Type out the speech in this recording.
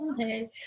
okay